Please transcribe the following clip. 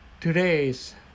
today's